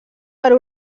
per